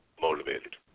motivated